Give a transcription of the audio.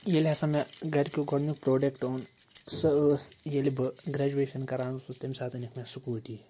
ییٚلہِ ہَسا مےٚ گرکیو گۄڈٕنیُک پرٛوٚڈَکٹ اوٚن سۄ ٲس ییٚلہِ بہٕ گرٛیجویشَن کَران اوسُس تَمہِ ساتہٕ أنِکھ مےٚ سٕکوٗٹی